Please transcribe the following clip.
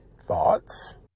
Thoughts